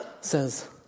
says